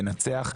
לנצח,